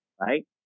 Right